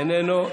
איננו,